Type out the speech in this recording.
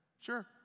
Sure